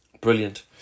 Brilliant